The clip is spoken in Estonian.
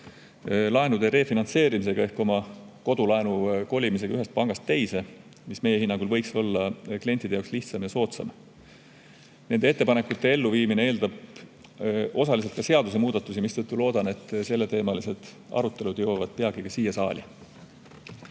laenude refinantseerimisega ehk oma kodulaenu kolimisega ühest pangast teise, mis meie hinnangul võiks olla klientide jaoks lihtsam ja soodsam. Nende ettepanekute elluviimine eeldab osaliselt ka seadusemuudatusi, mistõttu loodan, et selleteemalised arutelud jõuavad peagi ka siia saali.